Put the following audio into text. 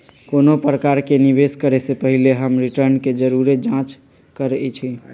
कोनो प्रकारे निवेश करे से पहिले हम रिटर्न के जरुरे जाँच करइछि